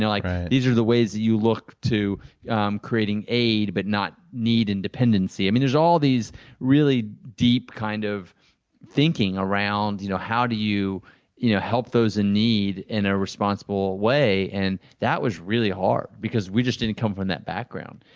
like these are the ways that you look to creating aid, but not need independency. there's all this really deep kind of thinking around, you know how do you you know help those in need in a responsible way. and that was really hard, because we just didn't come from that background.